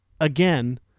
again